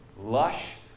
lush